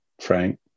Frank